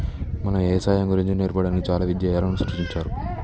మన యవసాయం గురించి నేర్పడానికి చాలా విద్యాలయాలు సృష్టించారు